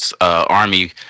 army